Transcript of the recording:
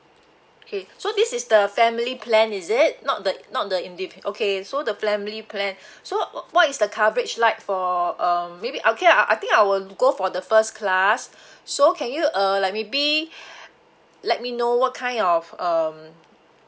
okay so this is the family plan is it not the not the indiv~ okay so the family plan so what is the coverage like for um maybe okay I think I will go for the first class so can you uh like maybe let me know what kind of um